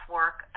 work